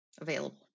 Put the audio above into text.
available